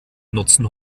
nutzen